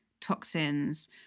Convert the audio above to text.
toxins